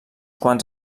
quants